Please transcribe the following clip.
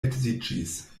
edziĝis